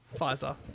Pfizer